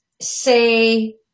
say